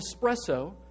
espresso